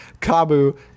Kabu